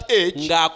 age